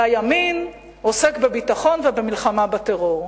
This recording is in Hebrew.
והימין עוסק בביטחון ובמלחמה בטרור.